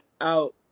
out